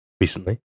recently